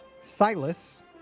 Silas